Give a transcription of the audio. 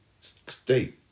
State